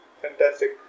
Fantastic